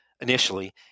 initially